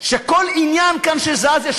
שכל עניין שזז כאן,